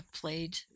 played –